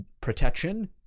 Protection